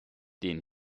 den